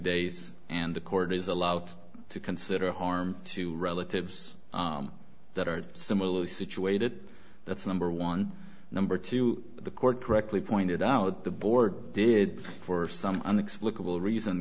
days and the court is allowed to consider harm to relatives that are similarly situated that's number one number two the court correctly pointed out the board did for some unexplicable reason